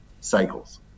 cycles